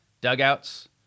dugouts